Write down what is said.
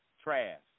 Trash